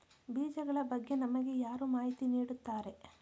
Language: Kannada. ಬೀಜಗಳ ಬಗ್ಗೆ ನಮಗೆ ಯಾರು ಮಾಹಿತಿ ನೀಡುತ್ತಾರೆ?